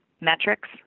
metrics